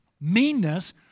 meanness